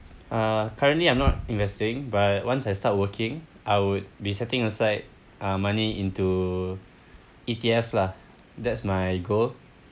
uh currently I'm not investing but once I start working I would be setting aside uh money into E_T_Fs lah that's my goal